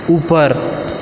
ऊपर